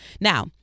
Now